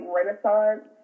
Renaissance